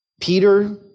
Peter